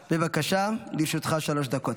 בבקשה, לרשותך שלוש דקות.